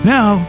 Now